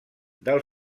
del